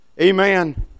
Amen